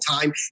time